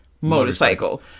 motorcycle